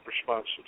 responses